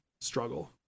struggle